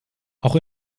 auch